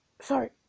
Sorry